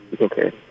okay